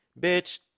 Bitch